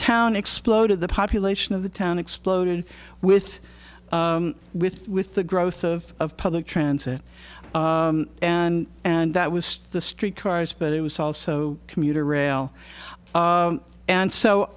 town exploded the population of the town exploded with with with the growth of public transit and and that was the street cars but it was also commuter rail and so